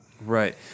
Right